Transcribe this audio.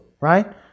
right